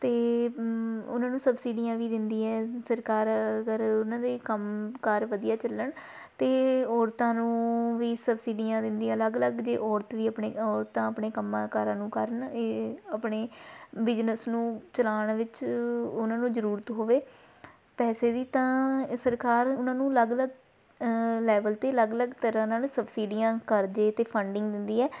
ਅਤੇ ਉਹਨਾਂ ਨੂੰ ਸਬਸਿਡੀਆਂ ਵੀ ਦਿੰਦੀ ਹੈ ਸਰਕਾਰ ਅਗਰ ਉਹਨਾਂ ਦੇ ਕੰਮ ਕਾਰ ਵਧੀਆ ਚੱਲਣ ਅਤੇ ਔਰਤਾਂ ਨੂੰ ਵੀ ਸਬਸਿਡੀਆਂ ਦਿੰਦੀ ਹੈ ਅਲੱਗ ਅਲੱਗ ਜੇ ਔਰਤ ਵੀ ਆਪਣੇ ਔਰਤਾਂ ਆਪਣੇ ਕੰਮਾਂ ਕਾਰਾਂ ਨੂੰ ਕਰਨ ਇਹ ਆਪਣੇ ਬਿਜਨਸ ਨੂੰ ਚਲਾਉਣ ਵਿੱਚ ਉਹਨਾਂ ਨੂੰ ਜ਼ਰੂਰਤ ਹੋਵੇ ਪੈਸੇ ਦੀ ਤਾਂ ਸਰਕਾਰ ਉਹਨਾਂ ਨੂੰ ਅਲੱਗ ਅਲੱਗ ਲੈਵਲ 'ਤੇ ਅਲੱਗ ਅਲੱਗ ਤਰ੍ਹਾਂ ਨਾਲ ਸਬਸਿਡੀਆਂ ਕਰਜ਼ੇ ਅਤੇ ਫੰਡਿੰਗ ਦਿੰਦੀ ਹੈ